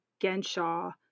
Genshaw